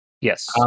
Yes